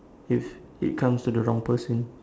if it comes to the wrong person